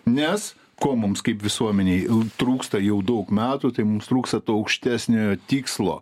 nes ko mums kaip visuomenei trūksta jau daug metų tai mums trūksta to aukštesniojo tikslo